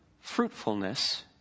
fruitfulness